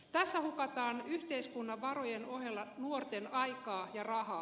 tässä hukataan yhteiskunnan varojen ohella nuorten aikaa ja rahaa